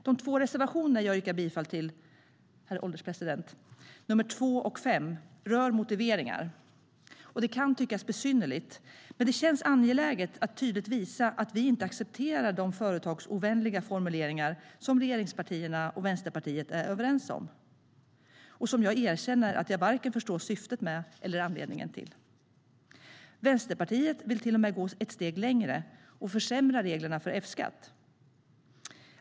De två reservationer jag yrkar bifall till, 2 och 5, rör motiveringar. Det kan tyckas besynnerligt, men det känns angeläget att tydligt visa att vi inte accepterar de företagsovänliga formuleringar som regeringspartierna och Vänsterpartiet är överens om. Jag erkänner att jag varken förstår syftet med eller anledningen till dem. Vänsterpartiet vill till och med gå ett steg längre och försämra reglerna för F-skatt.